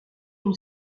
une